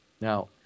Now